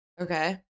Okay